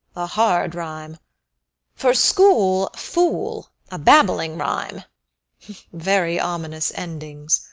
a hard rime for school, fool, a babbling rhyme very ominous endings